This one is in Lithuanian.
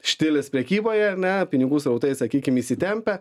štilis prekyboje ar ne pinigų srautai sakykim įsitempę